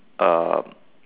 uh